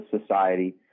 society